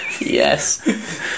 Yes